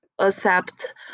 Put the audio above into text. accept